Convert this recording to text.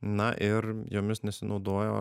na ir jomis nesinaudojo